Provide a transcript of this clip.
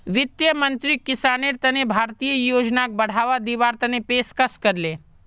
वित्त मंत्रीक किसानेर तने भारतीय योजनाक बढ़ावा दीवार पेशकस करले